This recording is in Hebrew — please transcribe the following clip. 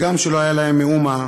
הגם שלא היה להם מאומה,